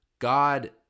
God